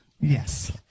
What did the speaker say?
Yes